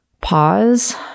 pause